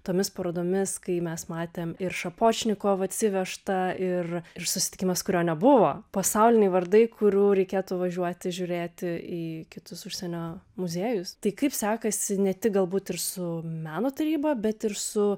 tomis parodomis kai mes matėm ir šapočnikovą atsivežtą ir susitikimas kurio nebuvo pasauliniai vardai kurių reikėtų važiuoti žiūrėti į kitus užsienio muziejus tai kaip sekasi ne tik galbūt ir su meno taryba bet ir su